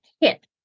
hit